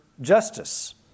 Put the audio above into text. justice